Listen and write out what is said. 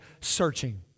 Searching